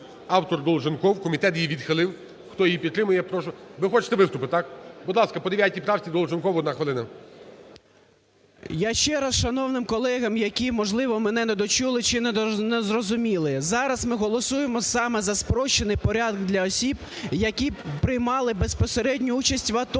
автор Долженков, комітет її відхилив, хто її підтримує, прошу… ви хочете виступити, так? Будь ласка, по 9 правці, Долженков, одна хвилина. 11:06:26 ДОЛЖЕНКОВ О.В. Я ще раз, шановним колегам, які можливо мене недочули, чи не зрозуміли, зараз ми голосуємо саме за спрощений порядок для осіб, які приймали безпосередню участь в АТО.